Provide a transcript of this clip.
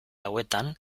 hauetan